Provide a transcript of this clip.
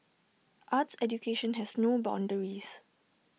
arts education has no boundaries